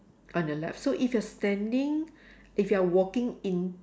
on your left so if you are standing if you are walking in